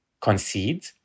concede